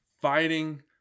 fighting